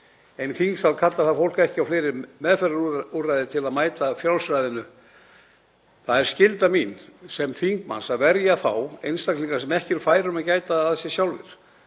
En í þingsal kallar það fólk ekki á fleiri meðferðarúrræði til að mæta frjálsræðinu. Það er skylda mín sem þingmanns að verja þá einstaklinga sem ekki eru færir um að gæta að sér sjálfir.